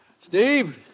Steve